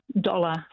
dollar